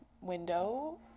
window